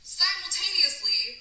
simultaneously